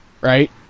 right